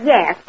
Yes